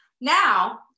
Now